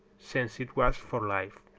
since it was for life.